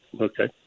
okay